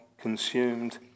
consumed